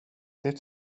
det